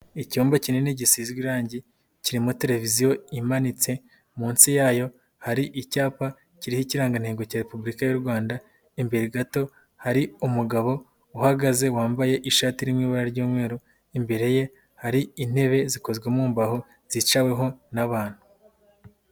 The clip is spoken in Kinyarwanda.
Icyumba kinini gisize irangi kirimo televiziyo imanitse. Munsi yayo hari icyapa kiriho ikirangantego cya Repubulika y'u Rwanda. Imbere gato hari umugabo uhagaze wambaye ishati iri mu ibara ry'umweru. Imbere ye hari intebe zikozwe mu mbaho zicaweho n'abantu.